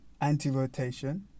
anti-rotation